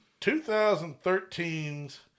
2013's